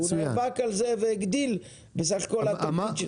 הוא נאבק על זה והגדיל בסך הכול בתוכנית שלו.